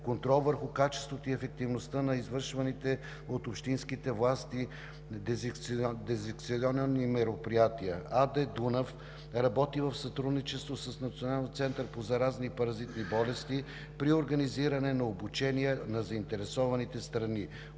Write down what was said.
контрол върху качеството и ефективността на извършваните от общинските власти дезинсекционни мероприятия. Асоциацията на дунавските общини „Дунав“ работи в сътрудничество с Националния център по заразни и паразитни болести при организиране на обучения на заинтересованите страни,